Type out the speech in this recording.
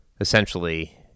essentially